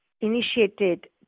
initiated